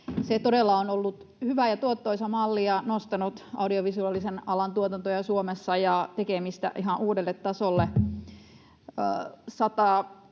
se todella on ollut hyvä ja tuottoisa malli ja nostanut audiovisuaalisen alan tuotantoja Suomessa ja tekemistä ihan uudelle tasolle.